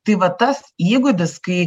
tai va tas įgūdis kai